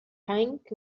hank